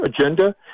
agenda